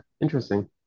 interesting